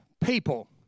people